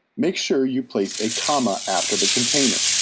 make sure you place a comma after the container,